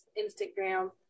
Instagram